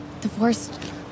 divorced